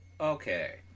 Okay